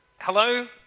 Hello